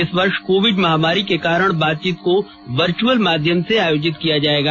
इस वर्ष कोविड महामारी के कारण बातचीत को वर्चअल माध्याम से आयोजित किया जाएगा